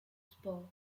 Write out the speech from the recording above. sport